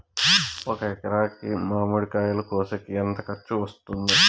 ఒక ఎకరాకి మామిడి కాయలు కోసేకి ఎంత ఖర్చు వస్తుంది?